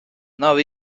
nav